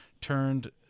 turned